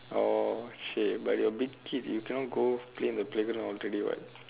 oh !chey! but you're a big kid you cannot go play in the playground already what